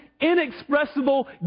inexpressible